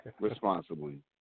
responsibly